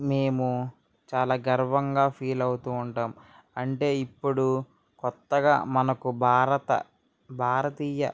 మేము చాలా గర్వంగా ఫీల్ అవుతూ ఉంటాము అంటే ఇప్పుడు కొత్తగా మనకి భారత భారతీయ